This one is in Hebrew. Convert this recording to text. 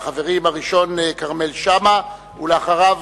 הראשון הוא חבר הכנסת כרמל שאמה, ואחריו,